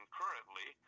currently